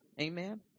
amen